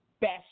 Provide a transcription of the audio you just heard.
best